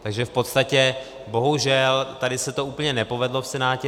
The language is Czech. Takže v podstatě, bohužel, tady se to úplně nepovedlo v Senátě.